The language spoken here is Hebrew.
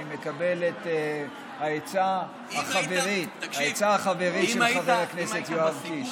אני מקבל את העצה החברית של חבר הכנסת יואב קיש.